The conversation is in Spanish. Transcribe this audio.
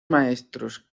maestros